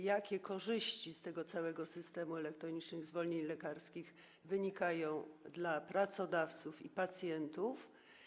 Jakie korzyści z tego całego systemu elektronicznych zwolnień lekarskich wynikają dla pracodawców i pacjentów?